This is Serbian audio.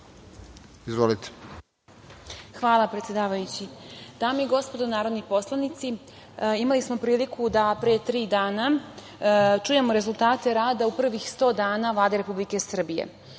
Nikolić** Hvala, predsedavajući. Dame i gospodo narodni poslanici, imali smo priliku da pre tri dana čujemo rezultate rada u prvih sto dana Vlade Republike Srbije.